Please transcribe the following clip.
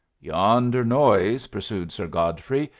yonder noise, pursued sir godfrey,